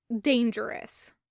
dangerous